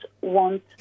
want